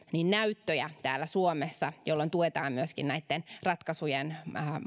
näyttöjä täällä suomessa jolloin tuetaan myöskin näitten ratkaisujen